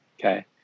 Okay